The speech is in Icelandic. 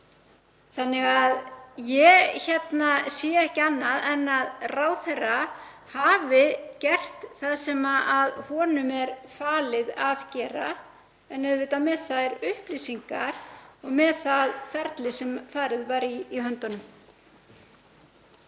þannig að ég sé ekki annað en að ráðherra hafi gert það sem honum er falið að gera en auðvitað með þær upplýsingar og það ferli í höndunum